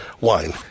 wine